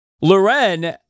Loren